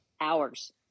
hours